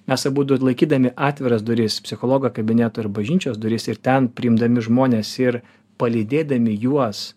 mes abudu laikydami atviras duris psichologo kabineto ir bažnyčios duris ir ten priimdami žmones ir palydėdami juos